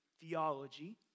theology